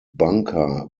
bunker